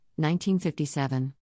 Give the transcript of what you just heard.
1957